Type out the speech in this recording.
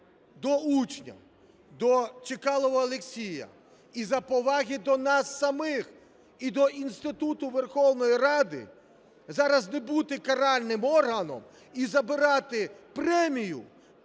до учня, до Чекалова Олексія із-за поваги до нас самих і до інституту Верховної Ради зараз не бути каральним органом і забирати премію